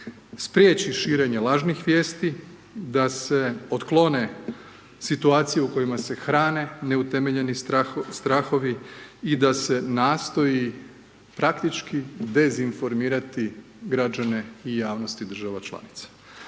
spriječi širenje lažnih vijesti, da se otklone situacije u kojima se hrane neutemeljeni strahovi da se nastoji praktički dezinformirati građane i javnosti država članica.